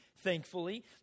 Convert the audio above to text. thankfully